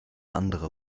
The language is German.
anderer